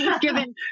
given